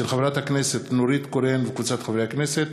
של חברת הכנסת נורית קורן וקבוצת חברי הכנסת.